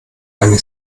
eine